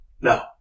No